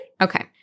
Okay